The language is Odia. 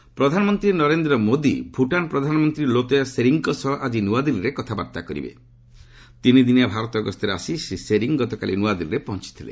ଭୂଟାନ୍ ପିଏମ୍ ପ୍ରଧାନମନ୍ତ୍ରୀ ନରେନ୍ଦ୍ର ମୋଦି ଭୁଟାନ ପ୍ରଧାନମନ୍ତ୍ରୀ ଲୋତୟ ଶେରିଙ୍କ ସହ ଆକ୍କି ନୂଆଦିଲ୍ଲୀରେ କଥାବାର୍ତ୍ତା କରିବେ ତିନିଦିନିଆ ଭାରତ ଗସ୍ତରେ ଆସି ଶ୍ରୀ ଶେରିଂ ଗତକାଲି ନୂଆ ଦିଲ୍ଲୀରେ ପହଞ୍ଚିଥିଲେ